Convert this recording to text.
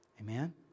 Amen